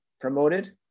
promoted